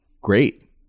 great